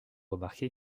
remarqué